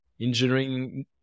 engineering